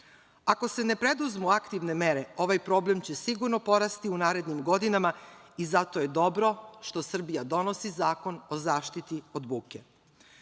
Ako se ne preduzmu aktivne mere ovaj problem će sigurno porasti u narednim godinama i zato je dobro što Srbija donosi Zakon o zaštiti od